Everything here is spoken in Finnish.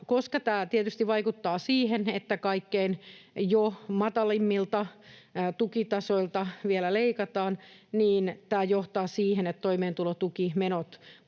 tämä tietysti vaikuttaa siihen, että jo kaikkein matalimmilta tukitasoilta vielä leikataan, niin tämä johtaa siihen, että toimeentulotukimenot puolestaan